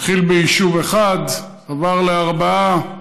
הוא התחיל ביישוב אחד, עבר לארבעה,